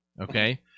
Okay